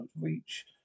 reach